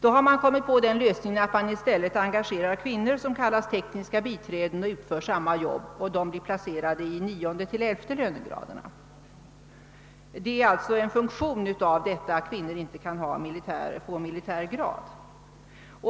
Då har man kommit på lösningen att i stället engagera kvinnor som utför samma jobb och då kallas tekniska biträden. De placeras i lönegraderna 9—11. Det är alltså en konsekvens av att kvinnor inte kan få militär grad.